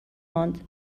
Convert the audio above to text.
ماند